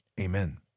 Amen